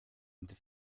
unter